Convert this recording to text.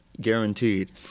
Guaranteed